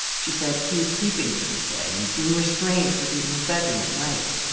she said he was sleeping during the day and being restrained for leaving his bedroom at night.